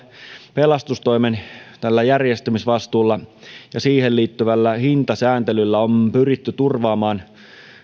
pelastustoimen järjestämisvastuulla ja siihen liittyvällä hintasääntelyllä on pyritty turvaamaan